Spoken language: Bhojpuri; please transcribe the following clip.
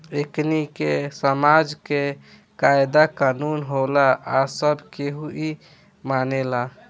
एकनि के समाज के कायदा कानून होला आ सब केहू इ मानेला